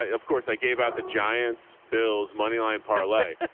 of course i gave out the giants. bill's moneyline parlay.